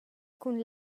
cun